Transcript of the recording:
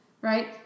right